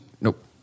Nope